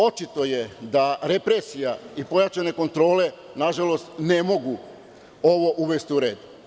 Očito je da represija i pojačane kontrole, nažalost, ne mogu ovo uvesti u red.